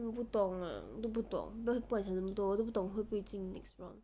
我不懂 lah 不懂不不要想这么多我都不懂会不会进 next round